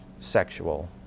sexual